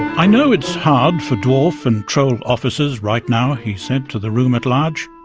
i know it's hard for dwarf and troll officers right now said to the room at large,